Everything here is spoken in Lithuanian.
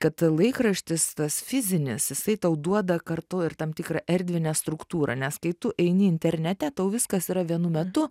kad laikraštis tas fizinis jisai tau duoda kartu ir tam tikrą erdvinę struktūrą nes kai tu eini internete tau viskas yra vienu metu